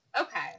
okay